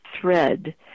thread